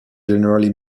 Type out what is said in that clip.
generally